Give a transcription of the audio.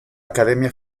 academia